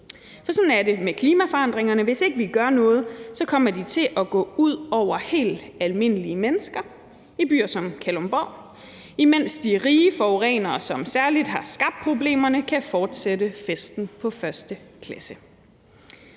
For sådan er det med klimaforandringerne: Hvis ikke vi gør noget, kommer de til at gå ud over helt almindelige mennesker i byer som Kalundborg, mens de rige forurenere, som særlig har skabt problemerne, kan fortsætte festen på 1. klasse.